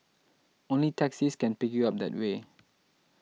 only taxis can pick you up that way